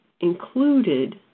included